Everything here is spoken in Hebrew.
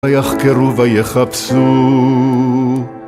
היחקרו ויחפשו.